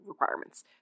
requirements